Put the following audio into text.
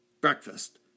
breakfast